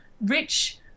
rich